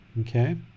okay